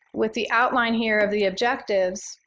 with the outline here of the objectives,